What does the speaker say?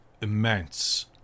immense